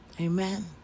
Amen